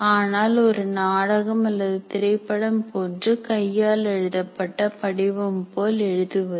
ஆனால் ஒரு நாடகம் அல்லது திரைப்படம் போன்று கையால் எழுதப்பட்ட படிவம் போல் எழுதுவது